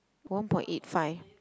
one point eight five